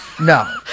No